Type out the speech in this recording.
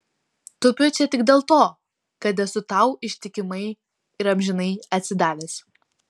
tupiu čia tik dėl to kad esu tau ištikimai ir amžinai atsidavęs